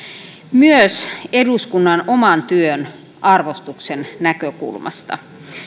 myös eduskunnan oman työn arvostuksen näkökulmasta